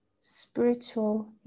spiritual